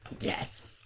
Yes